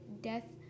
death